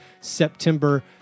September